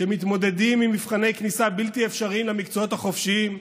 שמתמודדים עם מבחני כניסה בלתי אפשריים למקצועות החופשיים,